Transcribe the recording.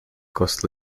cost